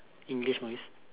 English movies